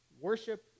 Worship